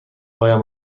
هایم